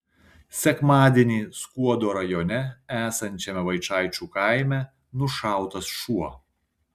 sekmadienį skuodo rajone esančiame vaičaičių kaime nušautas šuo